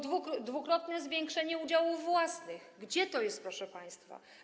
Dwukrotne zwiększenie udziałów własnych, gdzie to jest, proszę państwa?